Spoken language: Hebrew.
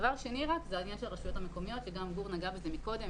דבר שני זה העניין של הרשויות המקומיות שגם גור נגע בזה מקודם.